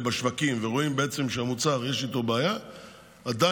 בשווקים ורואים שבעצם יש בעיה עם המוצר,